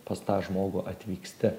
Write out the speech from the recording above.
pas tą žmogų atvyksti